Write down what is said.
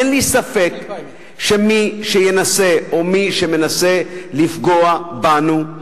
אין לי ספק שמי שינסה לפגוע בנו,